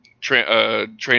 train